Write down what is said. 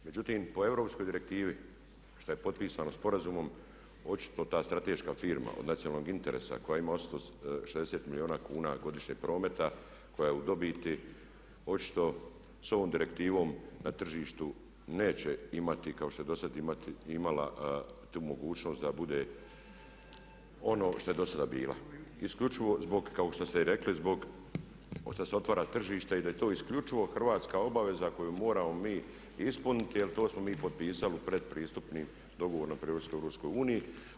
Međutim, po europskoj direktivi što je potpisano sporazumom očito ta strateška firma od nacionalnog interesa koja ima očito 60 milijuna kuna godišnjeg prometa, koja je u dobiti očito s ovom direktivom na tržištu neće imati kao što je dosad imala tu mogućnost da bude ono što je do sada bila isključivo zbog kao što ste i rekli, zbog pošto se otvara tržište i da je to isključivo hrvatska obaveza koju moramo mi ispuniti jer to smo mi potpisali u pred pristupnim, dogovoru pri ulasku u EU.